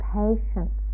patience